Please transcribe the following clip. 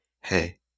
hey